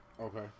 Okay